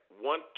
one